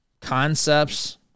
concepts